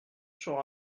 sur